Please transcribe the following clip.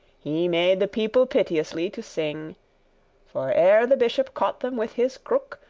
he made the people piteously to sing for ere the bishop caught them with his crook,